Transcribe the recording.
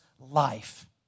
life